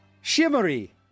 shimmery